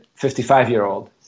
55-year-old